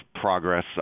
progress